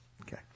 Okay